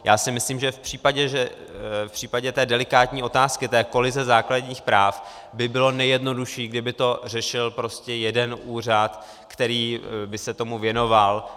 Já si myslím, že v případě té delikátní otázky, té kolize základních práv by bylo nejjednodušší, kdyby to řešil prostě jeden úřad, který by se tomu věnoval.